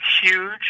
huge